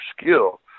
skill